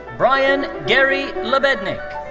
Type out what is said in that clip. brian gary lebeidnik.